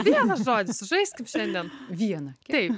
vieną žodį sužaiskim šiandien viena taip